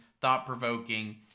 thought-provoking